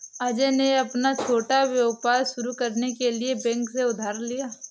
अजय ने अपना छोटा व्यापार शुरू करने के लिए बैंक से उधार लिया